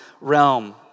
realm